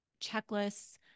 checklists